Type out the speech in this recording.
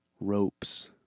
ropes